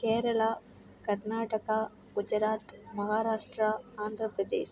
Kerala Karnataka Gujarat Maharashtra Andhra Pradesh